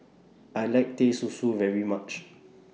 I like Teh Susu very much